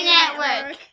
Network